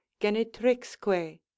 genitrixque